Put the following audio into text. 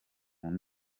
yanga